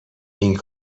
این